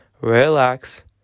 relax